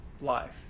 life